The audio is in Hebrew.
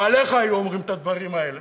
לו עליך היו אומרים את הדברים האלה,